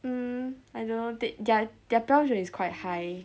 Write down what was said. mm I don't know they their their 标准 is quite high